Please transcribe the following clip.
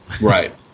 Right